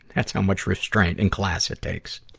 that's how much restraint and class it takes.